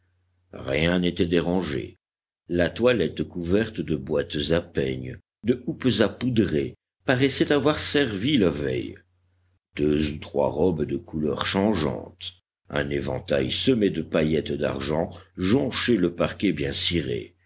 rien n'était dérangé la toilette couverte de boîtes à peignes de houppes à poudrer paraissait avoir servi la veille deux ou trois robes de couleurs changeantes un éventail semé de paillettes d'argent jonchaient le parquet bien ciré